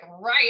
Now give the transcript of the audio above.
right